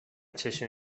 چششون